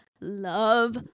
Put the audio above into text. love